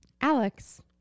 alex